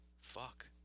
Fuck